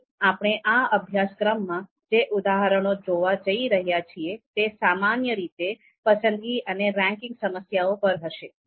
તેથી આપણે આ અભ્યાસક્રમમાં જે ઉદાહરણો જોવા જઈ રહ્યા છીએ તે સામાન્ય રીતે પસંદગી અને રેન્કિંગ સમસ્યાઓ પર હશે